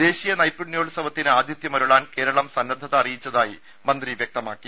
ദേശീയ നൈപുണ്യോത്സവത്തിന് ആതിഥ്യമരുളാൻ കേരളം സന്നദ്ധത അറിയിച്ചതായി മന്ത്രി വ്യക്ത മാക്കി